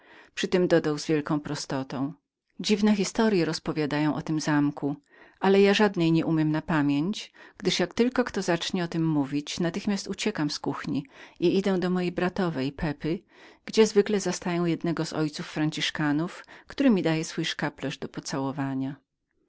zakonników przytem dodał z wielką prostotą dziwne przygody rozpowiadają o tym zamku ale ja żadnej nieumiem na pamięć gdyż jak tylko kto zacznie o tem mówić natychmiast uciekam z kuchni i idę do mojej bratowej pepy gdzie zwykle zastaję jednego z ojców franciszkanów który mi daje swój szkaplerz do